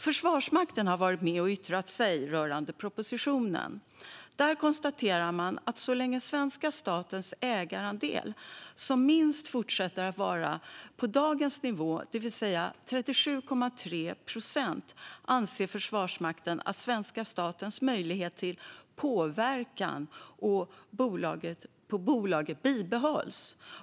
Försvarsmakten har varit med och yttrat sig rörande propositionen. Där konstaterar man att så länge svenska statens ägarandel som minst fortsätter att vara på dagens nivå, det vill säga 37,3 procent, anser Försvarsmakten att svenska statens möjlighet till påverkan på bolaget bibehålls.